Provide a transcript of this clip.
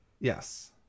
Yes